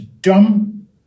dumb